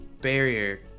barrier